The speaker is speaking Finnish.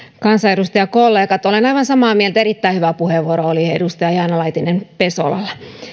kansanedustajakollegat olen aivan samaa mieltä erittäin hyvä puheenvuoro oli edustaja jaana laitinen pesolalla